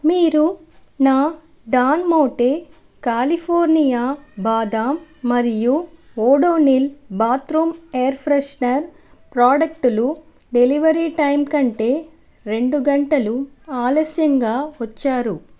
మీరు నా డాన్ మోటే కాలిఫోర్నియా బాదాం మరియు ఓడోనిల్ బాత్రూమ్ ఎయిర్ ఫ్రెషనర్ ప్రాడక్టులు డెలివరీ టైం కంటే రెండు గంటలు ఆలస్యంగా వచ్చారు